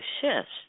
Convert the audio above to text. shifts